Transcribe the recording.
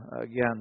again